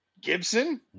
Gibson